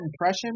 impression